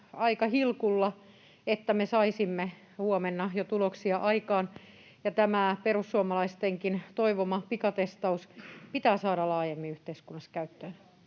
aika hilkulla, että me saisimme huomenna jo tuloksia aikaan. Tämä perussuomalaistenkin toivoma pikatestaus pitää saada laajemmin yhteiskunnassa käyttöön.